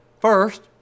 First